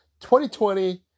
2020